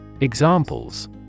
Examples